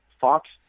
Fox